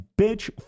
bitch